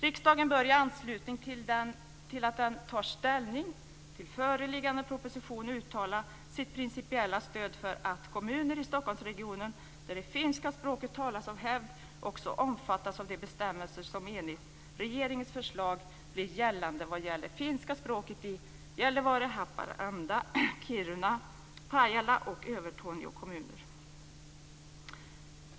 Riksdagen bör i anslutning till att den tar ställning till föreliggande proposition uttala sitt principiella stöd för att kommuner i Stockholmsregionen där det finska språket talas av hävd också omfattas av de bestämmelser som enligt regeringens förslag blir gällande vad gäller finska språket i Gällivare, Haparanda, Kiruna, Pajala och Övertorneå kommuner.